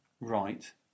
right